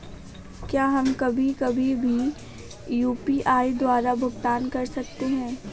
क्या हम कभी कभी भी यू.पी.आई द्वारा भुगतान कर सकते हैं?